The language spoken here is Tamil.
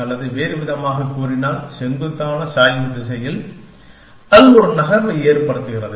அல்லது வேறுவிதமாகக் கூறினால் செங்குத்தான சாய்வு திசையில் அது ஒரு நகர்வை ஏற்படுத்துகிறது